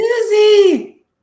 Susie